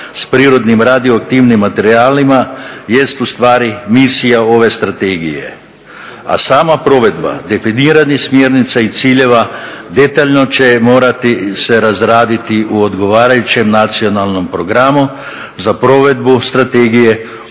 s prirodnim radioaktivnim materijalima jest ustvari misija ove strategije. A sama provedba, definiranje smjernica i ciljeva detaljno će morati se razraditi u odgovarajućem nacionalnom programu za provedbu strategije